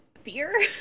fear